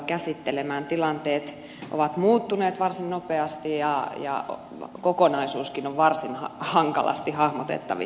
tilanteet ovat muuttuneet varsin nopeasti ja kokonaisuuskin on varsin hankalasti hahmotettavissa